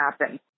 happen